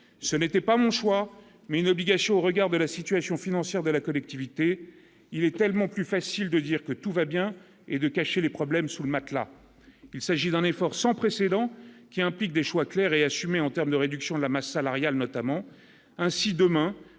ce n'était pas mon choix, mais une obligation au regard de la situation financière de la collectivité, il est tellement plus facile de dire que tout va bien et de cacher les problèmes sous le matelas, il s'agit d'un effort sans précédent qui implique des choix clairs et assumés en terme de réduction de la masse salariale notamment ainsi demain,